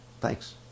Thanks